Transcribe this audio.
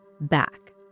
back